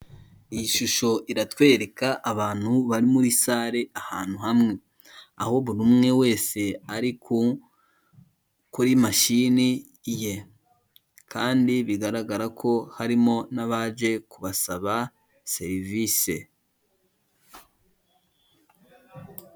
Iyi shusho iratwereka abantu bari muri sare ahantu hamwe, aho buri umwe wese ari kuri mashini ye kandi bigaragara ko harimo n'abaje kubasaba serivise.